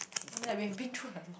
I mean like we had been through a lot